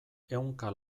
ehunka